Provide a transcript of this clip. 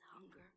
hunger